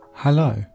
Hello